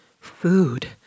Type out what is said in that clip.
Food